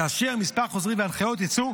כאשר כמה חוזרים והנחיות יצאו,